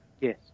Yes